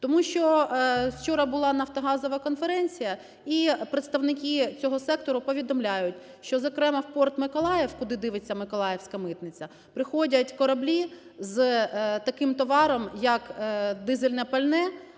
Тому що вчора була нафтогазова конференція, і представники цього сектору повідомляють, що зокрема в порт Миколаїв – куди дивиться Миколаївська митниця? – приходять кораблі з таким товаром, як дизельне пальне,